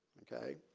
ok